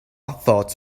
thought